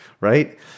right